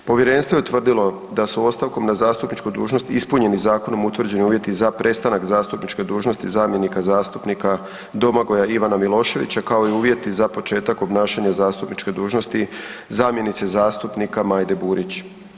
Povjerenstvo je utvrdilo da su ostavkom na zastupničku dužnost ispunjeni zakonom utvrđeni uvjeti za prestanak zastupničke dužnosti zamjenika zastupnika Domagoja Ivana Miloševića kao i uvjeti za početak zastupničke dužnosti zamjenici zastupnika Majde Burić.